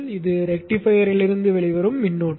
இது ரெக்டிஃபையரில் இருந்து வெளிவரும் மின்னோட்டம்